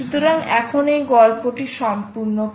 সুতরাং এখন এই গল্পটি সম্পূর্ণ করে